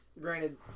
granted